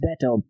better